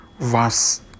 verse